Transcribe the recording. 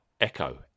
Echo